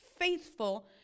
faithful